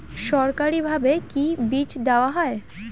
সরকারিভাবে কি বীজ দেওয়া হয়?